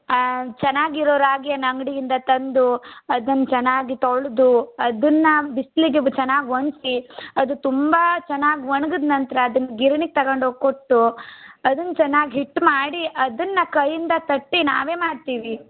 ಚೆನ್ನಾಗಿರೋ ರಾಗಿಯನ್ನು ಅಂಗಡಿಯಿಂದ ತಂದು ಅದನ್ನು ಚೆನ್ನಾಗಿ ತೊಳೆದು ಅದನ್ನು ಬಿಸಿಲಿಗೆ ಚೆನ್ನಾಗಿ ಒಣಗ್ಸಿ ಅದು ತುಂಬ ಚೆನ್ನಾಗಿ ಒಣಗದ ನಂತರ ಅದನ್ನು ಗಿರ್ಣಿಗೆ ತೊಗೊಂಡೋಗಿ ಕೊಟ್ಟು ಅದನ್ನು ಚೆನ್ನಾಗಿ ಹಿಟ್ಟು ಮಾಡಿ ಅದನ್ನು ಕೈಯಿಂದ ತಟ್ಟಿ ನಾವೇ ಮಾಡ್ತೀವಿ